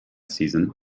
season